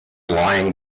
lying